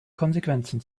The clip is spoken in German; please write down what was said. konsequenzen